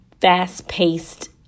fast-paced